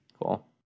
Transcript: Cool